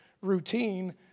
routine